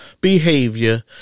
behavior